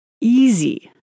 easy